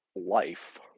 life